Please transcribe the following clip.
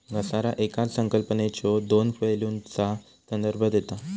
घसारा येकाच संकल्पनेच्यो दोन पैलूंचा संदर्भ देता